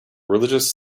religious